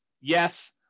Yes